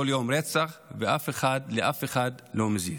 כל יום רצח ולאף אחד לא מזיז.